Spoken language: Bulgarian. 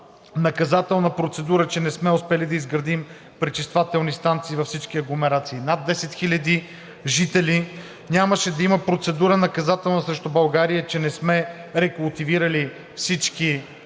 наказателна процедура, че не сме успели да изградим пречиствателни станции във всички агломерации с над 10 хиляди жители; нямаше да има наказателна процедура срещу България, че не сме рекултивирали всички незаконни